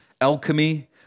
alchemy